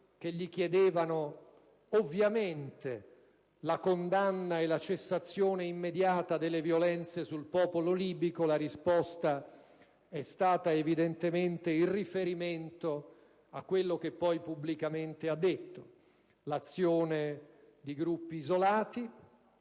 che gli chiedevano ovviamente la condanna e la cessazione immediata delle violenze sul popolo libico, ha risposto facendo riferimento a quello che poi ha affermato: l'azione di gruppi isolati,